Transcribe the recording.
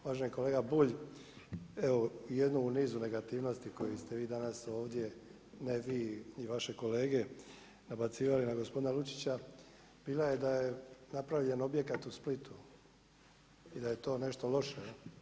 Uvaženi kolega Bulj, evo jedna u nizu negativnosti, koje ste vi danas ovdje, ne vi i vaše kolege, nabacivali na gospodina Lučića, bila je da je napravljen objekat u Splitu i da je to nešto loše.